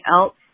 else